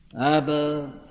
Abba